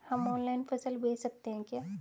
हम ऑनलाइन फसल बेच सकते हैं क्या?